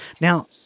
Now